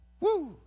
Woo